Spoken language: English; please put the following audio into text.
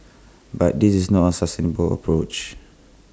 but this is not A sustainable approach